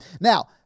Now